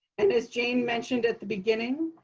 and as jane mentioned at the beginning,